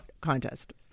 contest